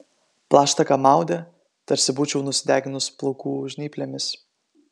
plaštaką maudė tarsi būčiau nusideginus plaukų žnyplėmis